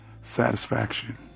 satisfaction